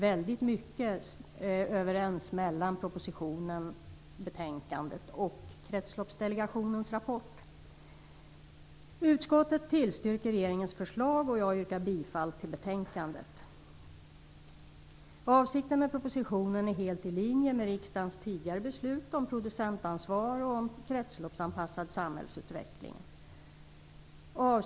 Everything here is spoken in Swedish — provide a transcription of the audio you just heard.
Väldigt mycket överenstämmer mellan propositionen, betänkandet och Kretsloppsdelegationens rapport. Utskottet tillstyrker regeringens förslag, och jag yrkar bifall till hemställan i betänkandet. Avsikten i propositionen är helt i linje med riksdagens tidigare beslut om producentansvar och kretsloppsanpassad samhällsutveckling.